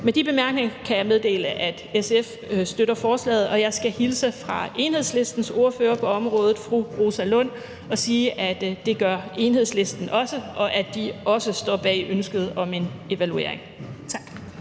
Med de bemærkninger kan jeg meddele, at SF støtter forslaget, og jeg skal hilse fra Enhedslistens ordfører på området, fru Rosa Lund, og sige, at det gør Enhedslisten også, og at de også står bag ønsket om en evaluering. Tak.